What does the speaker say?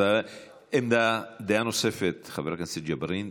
דעה נוספת, חבר הכנסת ג'בארין,